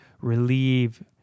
relieve